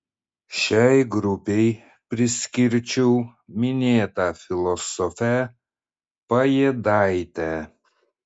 šiai grupei priskirčiau minėtą filosofę pajėdaitę